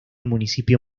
municipio